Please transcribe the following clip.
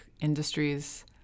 industries